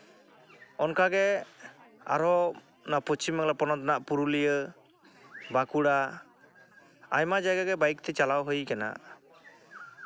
ᱚᱱᱠᱟᱜᱮ ᱟᱨᱚ ᱚᱱᱟ ᱯᱚᱪᱷᱤᱢ ᱵᱟᱝᱞᱟ ᱯᱚᱱᱚᱛ ᱨᱮᱱᱟᱜ ᱯᱩᱨᱩᱞᱤᱭᱟᱹ ᱵᱟᱸᱠᱩᱲᱟ ᱟᱭᱢᱟ ᱡᱟᱭᱜᱟ ᱜᱮ ᱵᱟᱭᱤᱠ ᱛᱮ ᱪᱟᱞᱟᱣ ᱦᱩᱭ ᱠᱟᱱᱟ